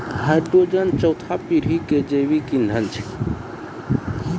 hydrogen चौथा पीढ़ी के जैविक ईंधन छै